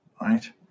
right